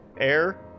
Air